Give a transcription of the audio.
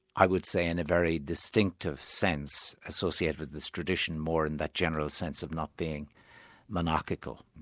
i would say, in a very distinctive sense associated with this tradition, more in that general sense of not being monarchical.